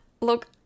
Look